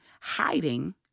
hiding